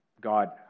God